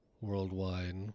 worldwide